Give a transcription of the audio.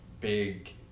big